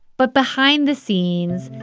but behind the scenes,